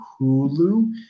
Hulu